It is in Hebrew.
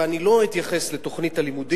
ואני לא אתייחס לתוכנית הלימודים,